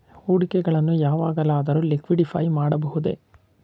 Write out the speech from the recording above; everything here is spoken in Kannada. ಹೂಡಿಕೆಗಳನ್ನು ಯಾವಾಗಲಾದರೂ ಲಿಕ್ವಿಡಿಫೈ ಮಾಡಬಹುದೇ?